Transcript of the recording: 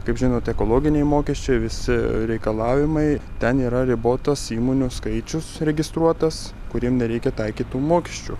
kaip žinote ekologiniai mokesčiai visi reikalavimai ten yra ribotas įmonių skaičius registruotas kuriem nereikia taikyt tų mokesčių